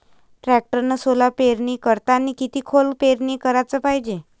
टॅक्टरनं सोला पेरनी करतांनी किती खोल पेरनी कराच पायजे?